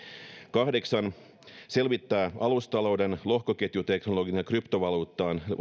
kahdeksan selvittää alustatalouden lohkoketjuteknologian ja kryptovaluutan